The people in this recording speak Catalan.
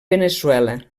veneçuela